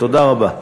תודה רבה.